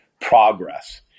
progress